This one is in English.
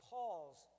Paul's